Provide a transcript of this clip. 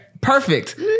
Perfect